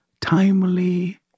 timely